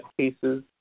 cases